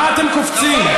מה אתם קופצים?